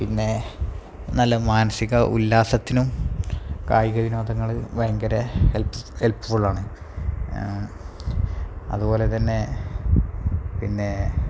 പിന്നെ നല്ല മാനസിക ഉല്ലാസത്തിനും കായിക വിനോദങ്ങൾ ഭയങ്കര ഹെൽപ്പ്ഫുള്ളാണ് അത് പോലെ തന്നെ പിന്നെ